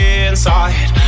inside